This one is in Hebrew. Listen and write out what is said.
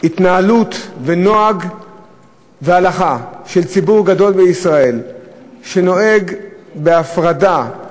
התנהלות ונוהג והלכה של ציבור גדול בישראל שנוהג בהפרדה,